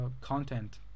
content